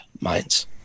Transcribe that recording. Minds